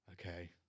Okay